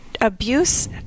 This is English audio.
abuse